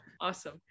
awesome